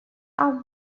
are